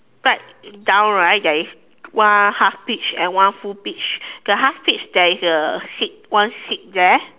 right down right there is one half peach and one full peach the half peach there is a seed one seed there